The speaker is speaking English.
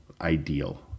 ideal